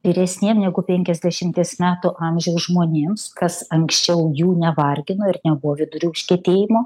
vyresniem negu penkiasdešimties metų amžiaus žmonėms kas anksčiau jų nevargino ir nebuvo vidurių užkietėjimo